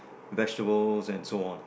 vegetables and so on